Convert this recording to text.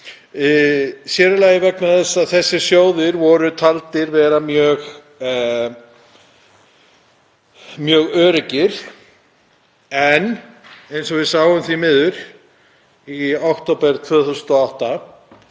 sér í lagi vegna þess að þessir sjóðir voru taldir mjög öruggir. Eins og við sáum því miður í október 2008